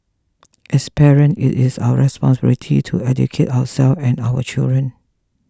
as parent it is our responsibility to educate ourselves and our children